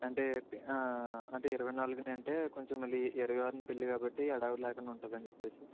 అంటే అంటే ఇరవై నాలుగునే అంటే కొంచెం మళ్ళీ ఇరవై ఆరున పెళ్ళి కాబట్టి హడావిడి లేకుండా ఉంటదని చెప్పేసి